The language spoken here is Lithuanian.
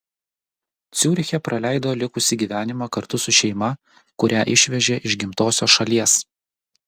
ciuriche praleido likusį gyvenimą kartu su šeima kurią išvežė iš gimtosios šalies